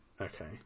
Okay